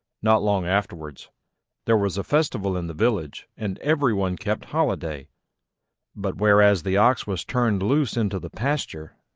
not long afterwards there was a festival in the village and every one kept holiday but, whereas the ox was turned loose into the pasture,